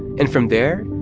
and from there,